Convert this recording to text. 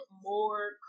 more